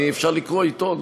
אפשר לקרוא עיתון,